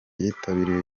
yitabiriye